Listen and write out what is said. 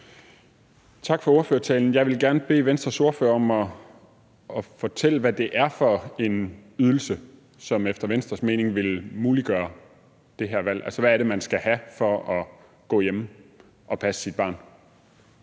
Tak for ordførertalen. Jeg vil gerne bede Venstres ordfører om at fortælle, hvad det er for en ydelse, som efter Venstres mening vil muliggøre det her valg. Altså, hvad er det, man skal have for at gå hjemme og passe sit barn?